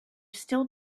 still